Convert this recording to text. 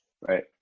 right